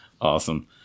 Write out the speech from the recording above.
Awesome